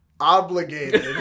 obligated